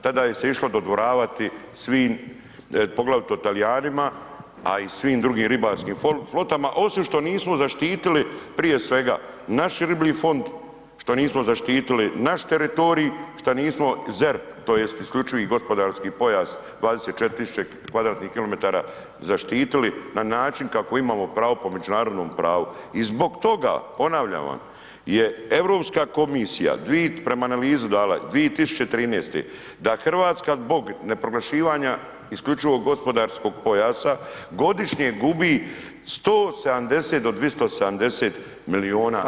Tada se išlo dodvoravati svim poglavito Talijanima a i svim drugim ribarskim flotama osim što nismo zaštitili prije svega naš riblji fond, što nismo zaštitili naš teritorij, šta nismo ZERP tj. isključivi gospodarski pojas 24 000 km2 zaštitili na način kako imamo pravo po međunarodnom pravu i zbog toga ponavljam vam je Europska komisija prema analizi dala, 2013. da Hrvatska zbog ne proglašavanja isključivog gospodarskog pojasa godišnje gubi 170 do 270 milijuna eura.